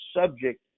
subject